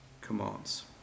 commands